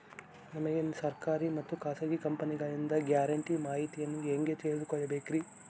ನಮಗೆ ಸರ್ಕಾರಿ ಮತ್ತು ಖಾಸಗಿ ಕಂಪನಿಗಳಿಂದ ಗ್ಯಾರಂಟಿ ಮಾಹಿತಿಯನ್ನು ಹೆಂಗೆ ತಿಳಿದುಕೊಳ್ಳಬೇಕ್ರಿ?